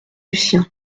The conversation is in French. lucien